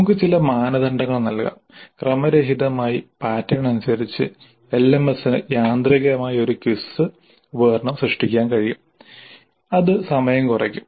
നമുക്ക് ചില മാനദണ്ഡങ്ങൾ നൽകാം ക്രമരഹിതമായി പാറ്റേൺ അനുസരിച്ച് എൽഎംഎസിന് യാന്ത്രികമായി ഒരു ക്വിസ് ഉപകരണം സൃഷ്ടിക്കാൻ കഴിയും അത് സമയം കുറയ്ക്കും